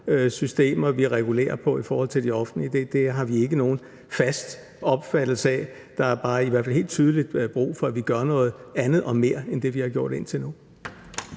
systemer at regulere på i forhold til de offentlige. Det har vi ikke nogen fast opfattelse af. Der er bare i hvert fald helt tydeligt brug for, at vi gør noget andet og mere end det, vi har gjort indtil nu.